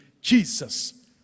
Jesus